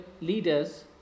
leaders